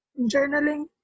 journaling